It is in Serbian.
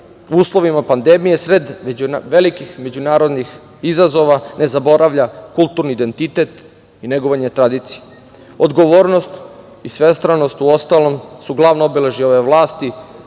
uslovima pandemije, u sred velikih međunarodnih izazova ne zaboravlja kulturni identitet i negovanje tradicije. Odgovornost i svestranost, uostalom, su glavna obeležja ove vlasti